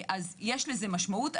יש לזה משמעות.